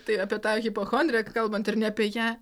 tai apie tą hipochondriją kalbant ir ne apie ją